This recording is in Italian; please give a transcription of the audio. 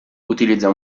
utilizza